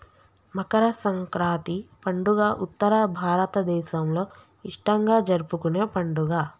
మకర సంక్రాతి పండుగ ఉత్తర భారతదేసంలో ఇష్టంగా జరుపుకునే పండుగ